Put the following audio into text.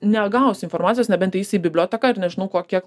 negausi informacijos nebent eisi į biblioteką ir nežinau ko kiek